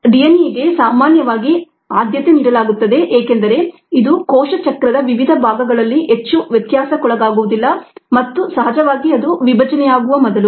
DNA ಗೆ ಸಾಮಾನ್ಯವಾಗಿ ಆದ್ಯತೆ ನೀಡಲಾಗುತ್ತದೆ ಏಕೆಂದರೆ ಇದು ಕೋಶ ಚಕ್ರದ ವಿವಿಧ ಭಾಗಗಳಲ್ಲಿ ಹೆಚ್ಚು ವ್ಯತ್ಯಾಸಕ್ಕೊಳಗಾಗುವುದಿಲ್ಲ ಮತ್ತು ಸಹಜವಾಗಿ ಅದು ವಿಭಜನೆಯಾಗುವ ಮೊದಲು